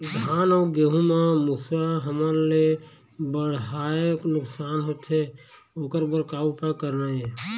धान अउ गेहूं म मुसवा हमन ले बड़हाए नुकसान होथे ओकर बर का उपाय करना ये?